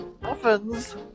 Muffins